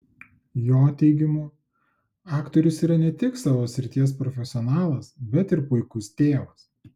jo teigimu aktorius yra ne tik savo srities profesionalas bet ir puikus tėvas